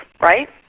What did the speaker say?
right